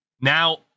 now